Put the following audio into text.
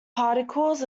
particles